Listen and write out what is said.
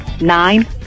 Nine